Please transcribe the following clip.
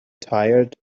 tired